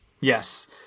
yes